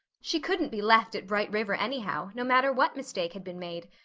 she couldn't be left at bright river anyhow, no matter what mistake had been made,